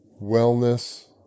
wellness